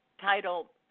Title